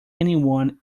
anyone